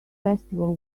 festival